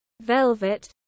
velvet